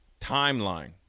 timeline